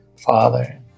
Father